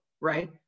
right